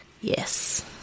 yes